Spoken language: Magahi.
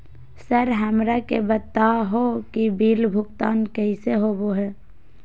सर हमरा के बता हो कि बिल भुगतान कैसे होबो है?